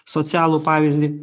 socialų pavyzdį